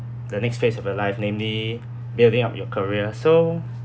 the next phase of your life namely building up your career so